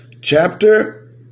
chapter